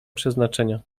przeznaczenia